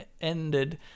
ended